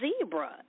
zebra